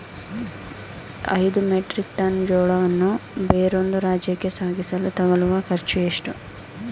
ಐದು metric tonne ಜೋಳವನ್ನು ಬೇರೊಂದು ರಾಜ್ಯಕ್ಕೆ ಸಾಗಿಸಲು ತಗಲುವ ಖರ್ಚು ಎಷ್ಟು?